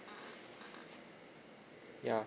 ya